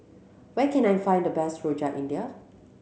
where can I find the best Rojak India